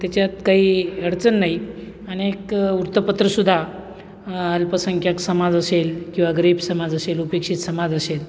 त्याच्यात काही अडचण नाही अनेक वृतपत्रसुद्धा अल्पसंख्याक समाज असेल किंवा गरीब समाज असेल उपेक्षित समाज असेल